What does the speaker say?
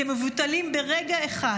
כמבוטלים ברגע אחד.